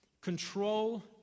control